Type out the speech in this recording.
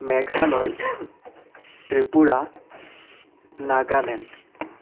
Meghalaya Tripura Nagaland